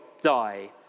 die